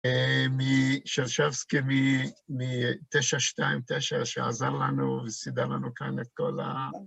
של שבסקי מ-929, שעזר לנו וסידר לנו כאן את כל ה...